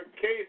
case